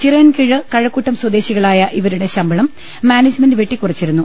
ചിറയൻകീഴ് കഴക്കൂട്ടം സ്വദേശികളായ ഇവരുടെ ശമ്പളം മാനേ ജ്മെന്റ് വെട്ടിക്കുറച്ചിരുന്നു